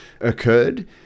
occurred